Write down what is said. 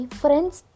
friends